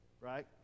right